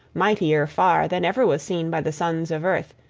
mightier far than ever was seen by the sons of earth,